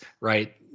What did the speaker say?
right